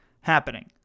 happening